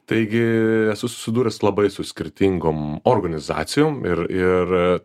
taigi esu susidūręs labai su skirtingom organizacijom ir ir